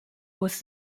was